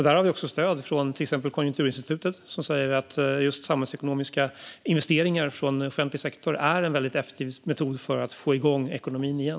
Där har vi stöd från till exempel Konjunkturinstitutet, som säger att just samhällsekonomiska investeringar från offentlig sektor är en effektiv metod för att få igång ekonomin igen.